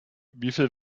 wieviel